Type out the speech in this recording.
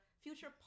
future